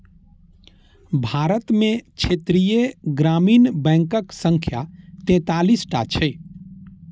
भारत मे क्षेत्रीय ग्रामीण बैंकक संख्या तैंतालीस टा छै